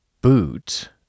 boot